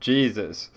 Jesus